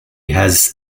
has